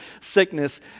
sickness